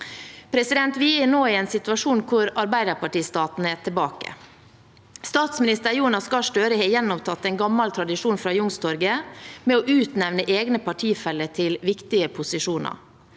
Arbeiderpartiet. Vi er nå i en situasjon der arbeiderpartistaten er tilbake. Statsminister Jonas Gahr Støre har gjenopptatt en gammel tradisjon fra Youngstorget med å utnevne egne partifeller til viktige posisjoner.